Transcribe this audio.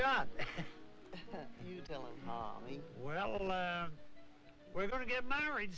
me well we're going to get married